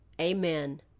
Amen